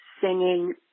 singing